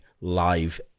live